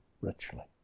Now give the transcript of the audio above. richly